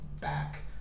back